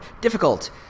difficult